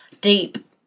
Deep